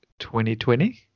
2020